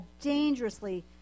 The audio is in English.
dangerously